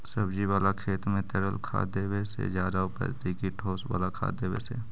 सब्जी बाला खेत में तरल खाद देवे से ज्यादा उपजतै कि ठोस वाला खाद देवे से?